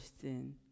sin